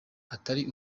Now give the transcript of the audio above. atari